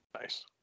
Nice